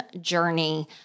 journey